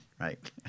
right